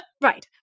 Right